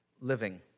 Living